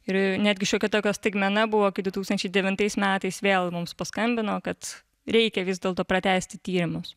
ir netgi šiokia tokia staigmena buvo kai du tūkstančiai devintais metais vėl mums paskambino kad reikia vis dėlto pratęsti tyrimus